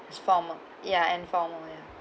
it's former ya and former ya